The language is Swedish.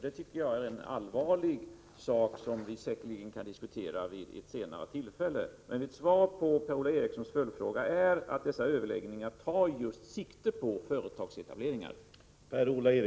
Det tycker jag är någonting allvarligt, som vi säkerligen kan diskutera vid ett senare tillfälle. Mitt svar på Per-Ola Erikssons följdfråga är att dessa överläggningar just tar sikte på företagsetableringar.